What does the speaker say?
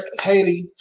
Haiti